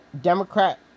Democrat